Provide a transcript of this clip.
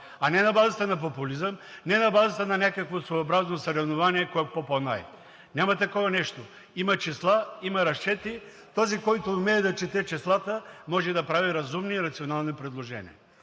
а не на базата на популизъм, не на базата на някакво съобразно съревнование кой е по-по-най. Няма такова нещо! Има числа, има разчети! Този, който умее да чете числата, може да прави разумни и рационални предложения.